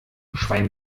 schwein